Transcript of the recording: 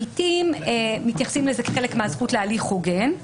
לעיתים מתייחסים לזה כחלק מהזכות להליך הוגן.